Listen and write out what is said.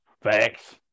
Facts